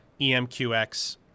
EMQX